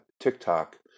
TikTok